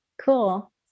Cool